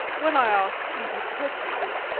when i asked who had purchased it,